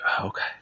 okay